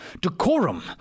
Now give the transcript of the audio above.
decorum